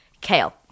Kale